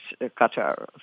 Qatar